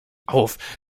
auf